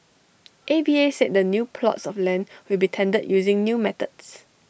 A V A said the new plots of land will be tendered using new methods